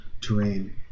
terrain